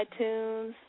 iTunes